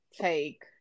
take